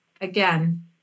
again